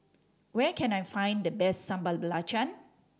where can I find the best Sambal Belacan